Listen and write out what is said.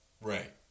Right